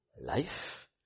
life